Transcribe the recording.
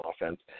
offense